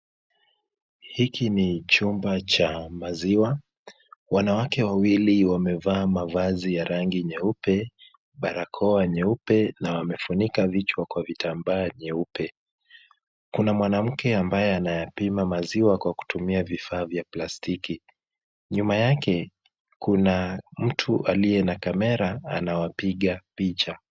Hiki ni chumba cha maziwa. Wanawake wawili wamevaa mavazi ya rangi nyeupe, barakoa nyeupe na wamefunika vichwa kwa vitambaa nyeupe. Kuna mwanamke ambaye anapima maziwa kwa kutumia vifaa vya pastiki. Nyuma yake kuna mtu aliye na kamera anawapiga picha.